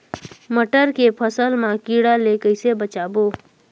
मटर के फसल मा कीड़ा ले कइसे बचाबो?